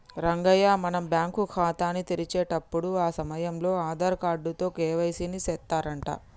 రంగయ్య మనం బ్యాంకు ఖాతాని తెరిచేటప్పుడు ఆ సమయంలో ఆధార్ కార్డు తో కే.వై.సి ని సెత్తారంట